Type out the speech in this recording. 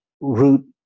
root